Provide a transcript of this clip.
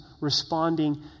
responding